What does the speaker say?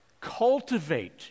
cultivate